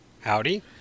Howdy